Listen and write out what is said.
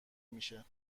میشه